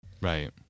Right